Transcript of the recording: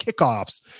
kickoffs